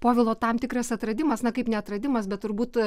povilo tam tikras atradimas na kaip neatradimas bet turbūt